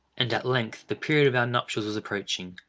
and at length the period of our nuptials was approaching,